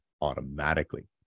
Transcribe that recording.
automatically